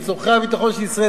לצורכי הביטחון של ישראל.